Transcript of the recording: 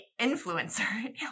influencer